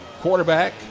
quarterback